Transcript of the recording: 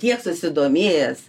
tiek susidomėjęs